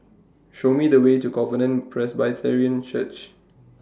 Show Me The Way to Covenant Presbyterian Church